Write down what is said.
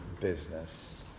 business